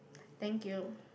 thank you